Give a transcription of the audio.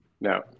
no